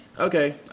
Okay